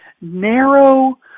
narrow